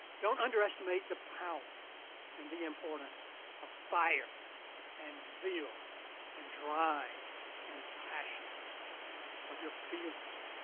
don't underestimate the power and the importance of fire and zeal and drive and passion of your feelings.